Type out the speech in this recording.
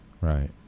Right